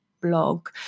blog